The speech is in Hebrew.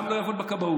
וגם לא יעבוד בכבאות.